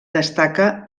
destaca